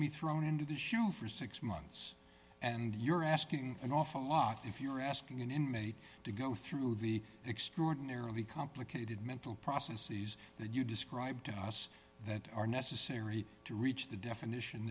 me thrown into the show for six months and you're asking an awful lot if you're asking an inmate to go through the extraordinarily complicated mental processes that you described to us that are necessary to reach the definition